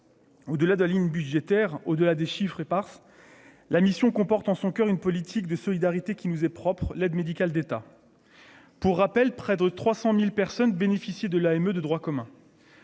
ou de la de la ligne budgétaire au-delà des chiffres, et par la mission comporte en son coeur une politique de solidarité qui nous est propre, l'aide médicale d'État, pour rappel, près de 300000 personnes bénéficiaient de l'AME de droit commun.